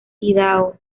idaho